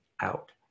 out